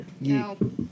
No